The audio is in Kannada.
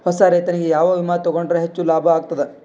ಹೊಸಾ ರೈತನಿಗೆ ಯಾವ ವಿಮಾ ತೊಗೊಂಡರ ಹೆಚ್ಚು ಲಾಭ ಆಗತದ?